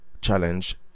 challenge